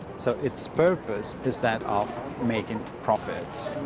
so its purpose is that of making profits.